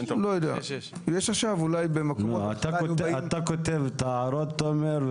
--- אתה כותב את ההערות, תומר.